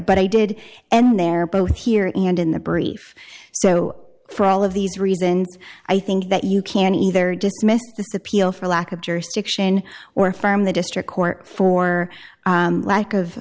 but i did and they're both here and in the brief so for all of these reasons i think that you can either dismiss this appeal for lack of jurisdiction or from the district court for lack of